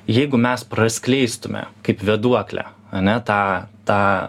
jeigu mes praskleistume kaip vėduoklę ane tą tą